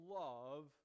love